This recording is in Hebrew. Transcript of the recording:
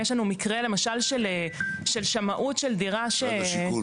יש לנו מקרה למשל של שמאות של דירה, משרד השיכון